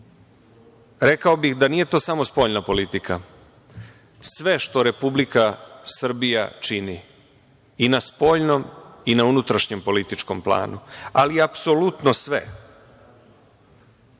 bih da nije to samo spoljna politika. Sve što Republika Srbija čini i na spoljnom i na unutrašnjem političkom planu, ali apsolutno sve,